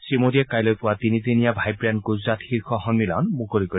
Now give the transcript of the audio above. শ্ৰীমোদীয়ে কাইলৈ পুৱা তিনিদিনীয়া ভাইব্ৰেণ্ট গুজৰাট শীৰ্ষ সন্মিলন মুকলি কৰিব